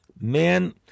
Man